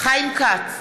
חיים כץ,